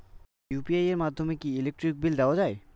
UPI এর মাধ্যমে কি ইউটিলিটি বিল দেওয়া যায়?